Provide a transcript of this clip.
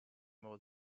was